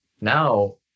now